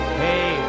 hey